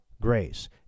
grace